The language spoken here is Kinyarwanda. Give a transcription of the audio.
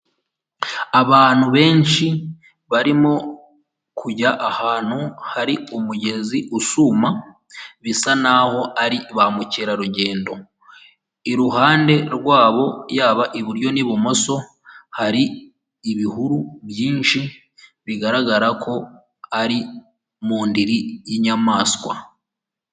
Abantu benshi barimo kujya ahantu hari umugezi usuma bisa naho ari ba mukerarugendo, iruhande rwabo yaba iburyo n'ibumoso hari ibihuru byinshi bigaragara ko ari mu ndiri yinyamaswa.